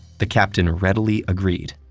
the captain readily agreed.